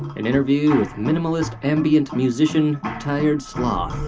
an interview with minimalist ambient musician tired sloth ooo, ah